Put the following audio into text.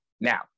Now